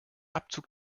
abzug